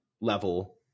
level